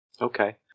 Okay